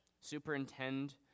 Superintend